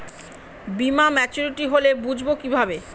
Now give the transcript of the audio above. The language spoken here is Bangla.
বীমা মাচুরিটি হলে বুঝবো কিভাবে?